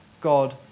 God